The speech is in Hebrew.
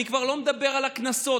אני כבר לא מדבר על הקנסות,